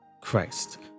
christ